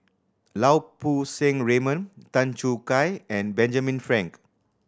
Lau Poo Seng Raymond Tan Choo Kai and Benjamin Frank